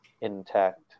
intact